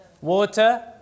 water